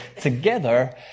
together